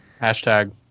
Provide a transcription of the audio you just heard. hashtag